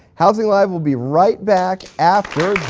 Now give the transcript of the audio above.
housing live! will be right back after